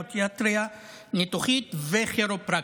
פודיאטריה ניתוחית וכירופרקטיקה.